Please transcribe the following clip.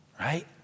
right